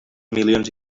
milions